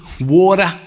water